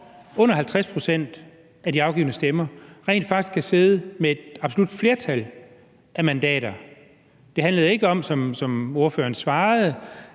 under 50 pct. af de afgivne stemmer, rent faktisk kan sidde med et absolut flertal af mandater. Det handlede, som ordføreren svarede,